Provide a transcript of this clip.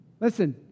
Listen